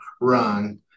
run